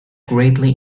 greatly